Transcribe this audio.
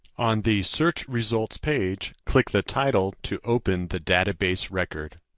on the search results page, click the title to open the database record.